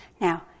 Now